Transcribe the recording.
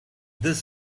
this